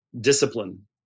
discipline